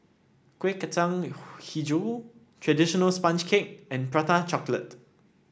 Kuih Kacang hijau traditional sponge cake and Prata Chocolate